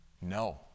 No